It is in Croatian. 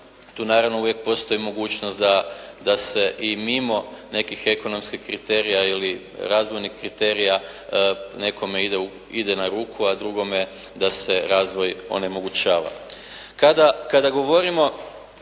tu naravno uvijek postoji mogućnost da se i mimo nekih ekonomskih kriterija ili razvojnih kriterija nekome ide na ruku a drugome da se razvoj onemogućava. Kada govorimo